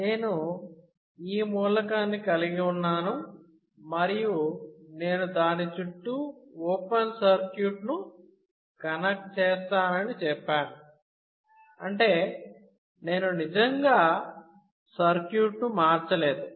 నేను ఈ మూలకాన్ని కలిగి ఉన్నాను మరియు నేను దాని చుట్టూ ఓపెన్ సర్క్యూట్ను కనెక్ట్ చేస్తానని చెప్పాను అంటే నేను నిజంగా సర్క్యూట్ను మార్చలేదు